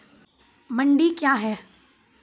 मंडी क्या हैं?